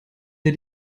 der